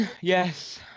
Yes